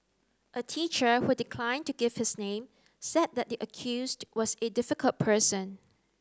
a teacher who declined to give his name said that the accused was a difficult person